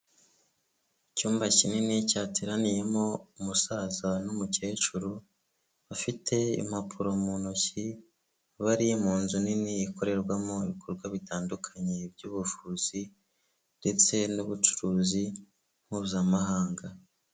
Icyumba kinini cyateraniyemo umusaza n'umukecuru bafite impapuro mu ntoki bari mu nzu nini ikorerwamo ibikorwa bitandukanye by'buvuzi ndetse n'ubucuruzi mpuzamahanga.